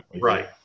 right